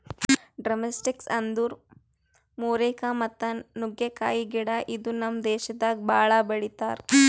drumsticks ಅಂದುರ್ moringa ಮತ್ತ ನುಗ್ಗೆಕಾಯಿ ಗಿಡ ಇದು ನಮ್ ದೇಶದಾಗ್ ಭಾಳ ಬೆಳಿತಾರ್